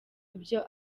ibyo